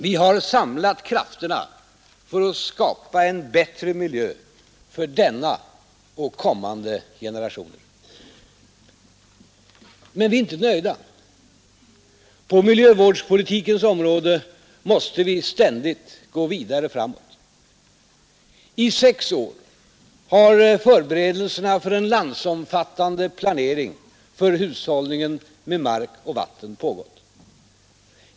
Vi har samlat krafterna för att skapa en bättre miljö för denna och kommande generationer. Men vi är inte nöjda. På miljövårdspolitikens område måste vi ständigt gå vidare framåt. I sex år har förberedelserna för en landsomfattande planering för hushållningen med mark och vatten pågått.